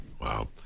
Wow